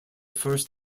first